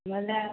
बदलाएत नहि आएब